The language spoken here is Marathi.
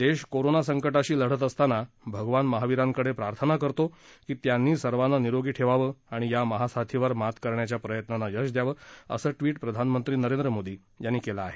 देश कोरोना संकटाशी लढत असताना भगवान महावीरांकडे प्रार्थना करतो की त्यांनी सर्वांना निरोगी ठेवावं आणि या महासाथीवर मात करण्याच्या प्रयत्नांना यश द्यावं असं ट्वीट प्रधानमंत्री नरेंद्र मोदी मोदी यांनी केलं आहे